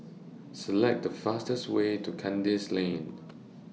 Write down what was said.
Select The fastest Way to Kandis Lane